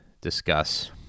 discuss